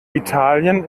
italien